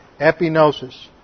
Epinosis